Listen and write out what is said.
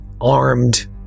armed